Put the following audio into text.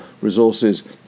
resources